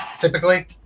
typically